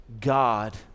God